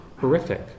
horrific